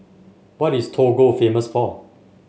what is Togo famous for